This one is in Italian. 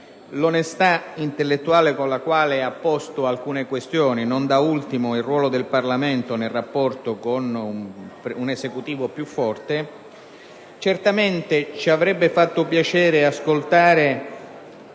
l'onestà intellettuale con la quale ha posto alcune questioni, non da ultimo quella relativa al ruolo del Parlamento nel suo rapporto con un Esecutivo più forte. Certamente ci avrebbe fatto piacere ascoltare